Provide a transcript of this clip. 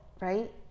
right